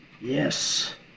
Yes